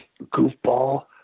goofball